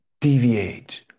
deviate